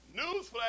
Newsflash